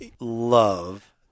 love